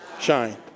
shine